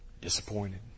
disappointed